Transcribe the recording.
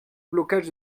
blocage